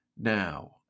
now